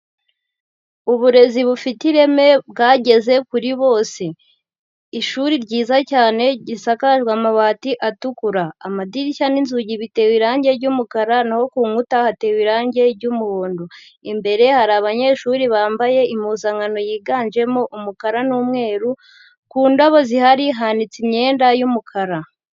Uburezi bufite ireme bwageze kuri bose. Ishuri ryiza cyane ryisakajwe amabati atukura. Amadirishya n'inzugi bitewe irangi ry'umukara naho ku nkuta hatewe irangi ry'umuhondo. Imbere hari abanyeshuri bambaye impuzankano yiganjemo umukara n'umweru, ku ndabo zihari hanitse imyenda y'umukara.